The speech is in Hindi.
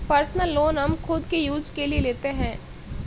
पर्सनल लोन हम खुद के यूज के लिए लेते है